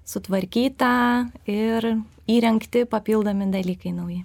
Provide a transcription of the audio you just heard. sutvarkytą ir įrengti papildomi dalykai nauji